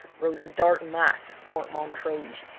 rose a dark mass of fort montrouge,